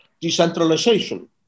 decentralization